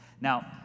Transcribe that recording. Now